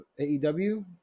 AEW